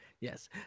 Yes